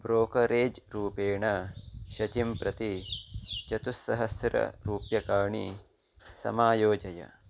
brokerage रूपेण शुचिं प्रति चतुस्सहस्ररूप्यकाणि समायोजय